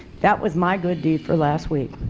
that was my good deed for last week.